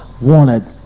wanted